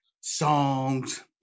songs